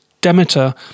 Demeter